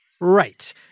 Right